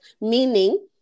meaning